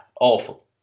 awful